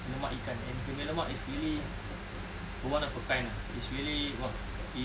lemak ikan and whale punya lemak is really one of a kind ah it's really !wah! if